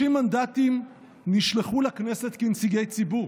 30 מנדטים נשלחו לכנסת כנציגי ציבור.